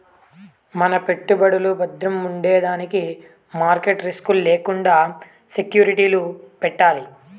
మన పెట్టుబడులు బద్రముండేదానికి మార్కెట్ రిస్క్ లు లేకండా సెక్యూరిటీలు పెట్టాలి